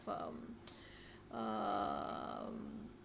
of um